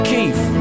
Keith